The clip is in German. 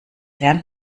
lernt